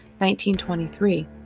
1923